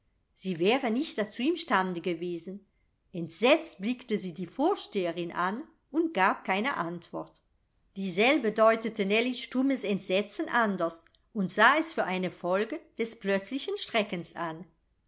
sie wäre nicht dazu im stande gewesen entsetzt blickte sie die vorsteherin an und gab keine antwort dieselbe deutete nellies stummes entsetzen anders und sah es für eine folge des plötzlichen schreckens an